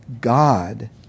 God